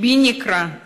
מיקרופון